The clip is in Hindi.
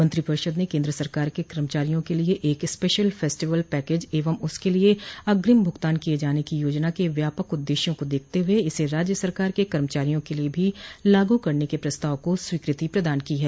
मंत्रिपरिषद ने केन्द्र सरकार के कर्मचारियों के लिए एक स्पेशल फेस्टिवल पैकेज एवं उसके लिए अग्रिम भूगतान किये जाने की योजना के व्यापक उद्देश्यों को देखते हुए इसे राज्य सरकार के कर्मचारियों के लिए भी लागू करने के प्रस्ताव को स्वीकृति प्रदान की है